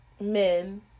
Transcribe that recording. men